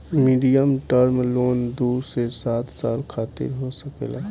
medium term loan दू से सात साल खातिर हो सकेला